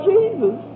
Jesus